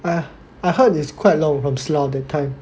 I I heard is quite long from Slau that time